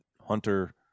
Hunter